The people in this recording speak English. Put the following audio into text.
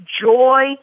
joy